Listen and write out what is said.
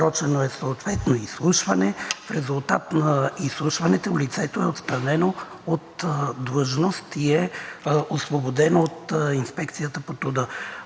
Насрочено е съответно изслушване. В резултат на изслушването лицето е отстранено от длъжност и е освободено от Инспекцията по труда.